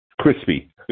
crispy